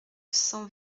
cent